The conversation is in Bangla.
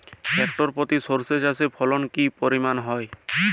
হেক্টর প্রতি সর্ষে চাষের ফলন কি পরিমাণ হয়?